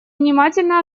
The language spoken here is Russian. внимательно